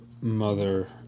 mother